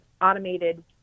automated